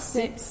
six